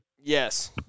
Yes